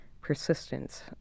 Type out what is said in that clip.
persistence